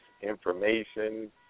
information